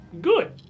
good